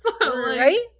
Right